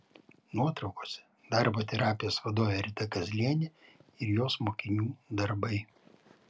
nuotraukose darbo terapijos vadovė rita kazlienė ir jos mokinių darbai